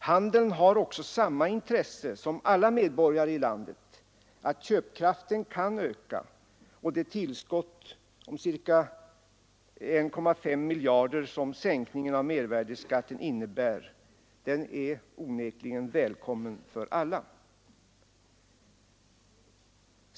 Handeln har också samma intresse som alla medborgare i landet av att köpkraften kan öka, och det tillskott med ca 1,5 miljarder som sänkningen av mervärdeskatten innebär är onekligen välkommet för alla.